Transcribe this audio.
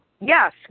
yes